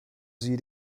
sie